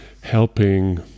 helping